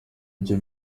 byo